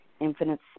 infinite